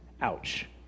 Ouch